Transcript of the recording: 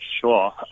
sure